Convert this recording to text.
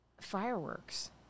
fireworks